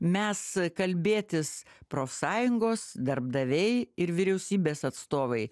mes kalbėtis profsąjungos darbdaviai ir vyriausybės atstovai